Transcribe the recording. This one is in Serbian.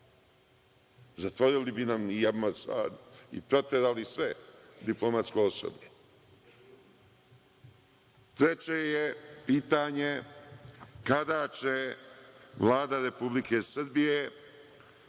Zatvorili bi nam i Ambasadu i proterali svo diplomatsko osoblje. Treće je pitanje - kada će Vlada Republike Srbije